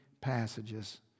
passages